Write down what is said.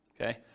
okay